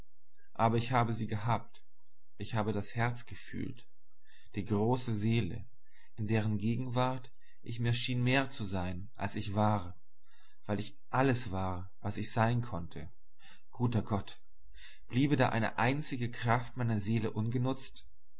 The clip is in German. aber ich habe sie gehabt ich habe das herz gefühlt die große seele in deren gegenwart ich mir schien mehr zu sein als ich war weil ich alles war was ich sein konnte guter gott blieb da eine einzige kraft meiner seele ungenutzt